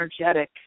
energetic